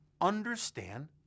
understand